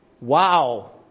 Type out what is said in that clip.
Wow